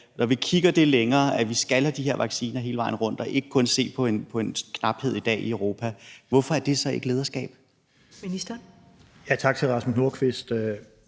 Når vi kigger længere frem og vi skal have de her vacciner hele vejen rundt og ikke kun se på en knaphed i dag i Europa, hvorfor er det så ikke lederskab? Kl. 13:11 Første næstformand